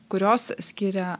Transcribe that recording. kurios skiria